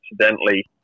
accidentally